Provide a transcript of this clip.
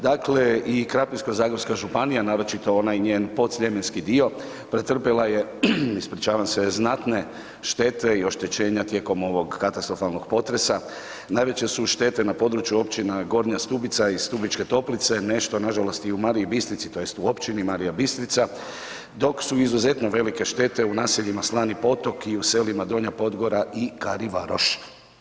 Dakle i Krapinsko-zagorska županija naročito onaj njen podsljemenski dio pretrpjela je, ispričavam se, znatne štete i oštećenja tijekom ovog katastrofalnog potresa, najveće su štete na području općina Gornja Stubica i Stubičke Toplice, nešto nažalost i u Mariji Bistrici tj. u općini Marija Bistrica, dok su izuzetno velike štete u naseljima Slani Potok i u selima Donja Podgora i Karivaroš.